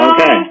Okay